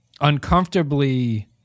uncomfortably